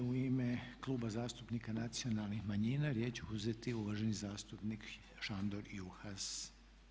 Sada će u ime Kluba zastupnika Nacionalnih manjina riječ uzeti uvaženi zastupnik Šandor Juhas.